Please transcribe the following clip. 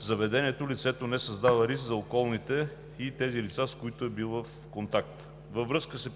заведението лицето не създава риск за околните и лицата, с които е било в контакт. Във връзка с